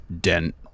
dent